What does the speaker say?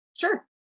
Sure